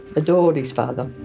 adored his father.